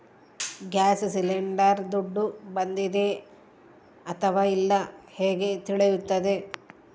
Gas cylinder ದುಡ್ಡು ಬಂದಿದೆ ಅಥವಾ ಇಲ್ಲ ಹೇಗೆ ತಿಳಿಯುತ್ತದೆ?